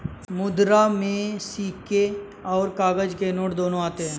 मुद्रा में सिक्के और काग़ज़ के नोट दोनों आते हैं